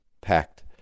packed